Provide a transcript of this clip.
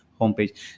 homepage